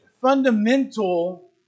fundamental